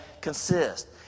consist